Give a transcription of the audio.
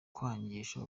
kwangisha